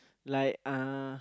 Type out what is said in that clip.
like uh